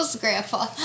Grandpa